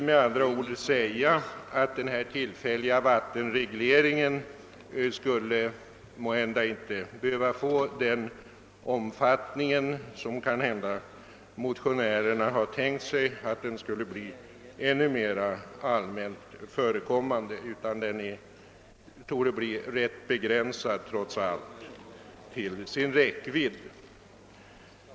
Med andra ord skulle denna tillfälliga vattenreglering inte behöva få den omfattning som motionärerna tänkt sig, utan den kan till sin räckvidd bli rätt begränsad.